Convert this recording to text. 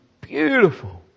beautiful